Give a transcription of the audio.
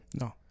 No